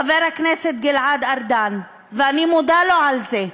חבר הכנסת גלעד ארדן, ואני מודה לו על זה,